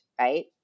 right